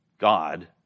God